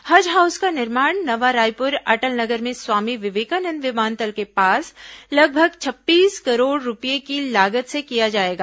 हज हाउस का निर्माण नवा रायपुर अटल नगर में स्वामी विवेकानंद विमानतल के पास लगभग छब्बीस करोड़ रूपये की लागत से किया जाएगा